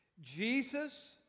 Jesus